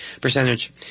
percentage